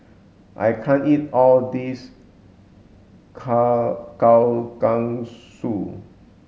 I can't eat all this